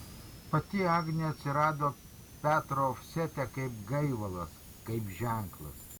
pati agnė atsirado petro ofsete kaip gaivalas kaip ženklas